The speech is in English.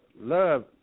love